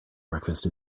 breakfast